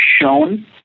shown